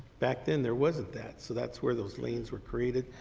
back then, there wasn't that, so that's where those lanes were created.